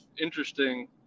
interesting